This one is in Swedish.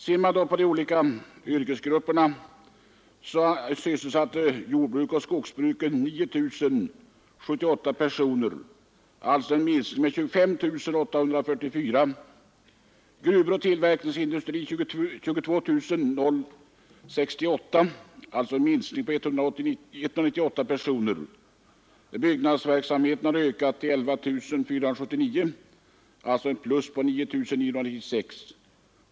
Ser man på de olika yrkesgrupperna, finner man att jordbruk och skogsbruk sysselsatte 9 078 personer — alltså en minskning med 25 646. Gruvor och tillverkningsindustri sysselsatte 22 068 personer, alltså en minskning med 168. Byggnadsverksamheten har ökat till 11479, alltså ett plus på 9996.